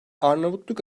arnavutluk